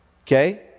Okay